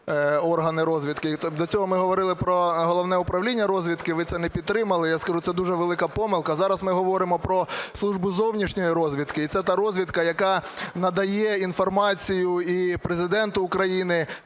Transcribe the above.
до цього ми говорили про Головне управління розвідки. Ви це не підтримали. Я скажу, це дуже велика помилка. Зараз ми говоримо про Службу зовнішньої розвідки. І це та розвідка, яка надає інформацію і Президенту України,